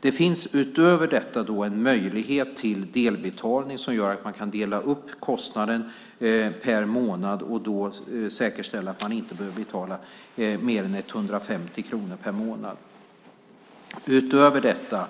Det finns utöver detta en möjlighet till delbetalning som gör att man kan dela upp kostnaden per månad. Det säkerställer att man inte behöver betala mer än 150 kronor per månad. Utöver detta